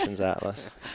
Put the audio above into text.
atlas